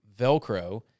Velcro